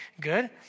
good